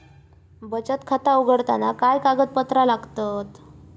बचत खाता उघडताना काय कागदपत्रा लागतत?